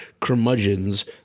curmudgeons